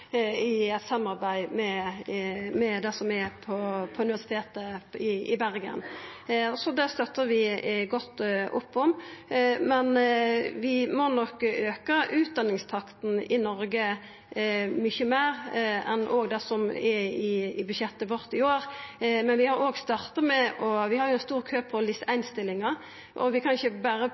Universitetet i Bergen. Det støttar vi godt opp om. Vi må nok auka utdanningstakta i Noreg mykje meir enn det som òg er i budsjettet vårt i år, men vi har starta. Vi har stor kø på LIS1-stillingar. Vi kan ikkje berre pøsa på med å utdanna fleire, vi